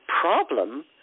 problem